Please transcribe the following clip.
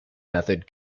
method